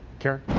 karen